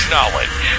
Knowledge